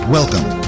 Welcome